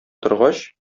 торгач